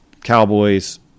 cowboys